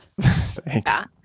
Thanks